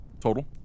Total